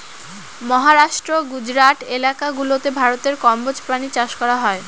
মহারাষ্ট্র, গুজরাট এলাকা গুলাতে ভারতে কম্বোজ প্রাণী চাষ করা হয়